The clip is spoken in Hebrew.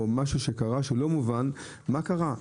משהו לא מובן קרה.